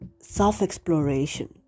self-exploration